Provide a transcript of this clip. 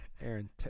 Aaron